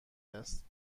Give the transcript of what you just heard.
است